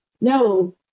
no